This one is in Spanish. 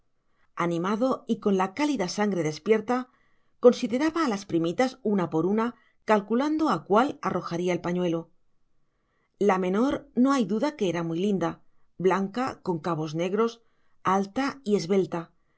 animado y con la cálida sangre despierta consideraba a las primitas una por una calculando a cuál arrojaría el pañuelo la menor no hay duda que era muy linda blanca con cabos negros alta y esbelta